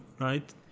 right